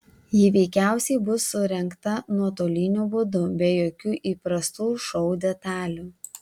ji veikiausiai bus surengta nuotoliniu būdu be jokių įprastų šou detalių